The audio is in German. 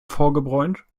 vorgebräunt